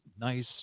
nice